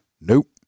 Nope